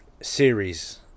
series